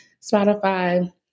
Spotify